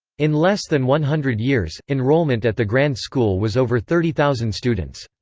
in less than one hundred years, enrollment at the grand school was over thirty thousand students.